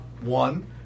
one